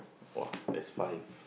!wah! there's five